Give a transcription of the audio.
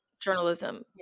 Journalism